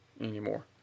anymore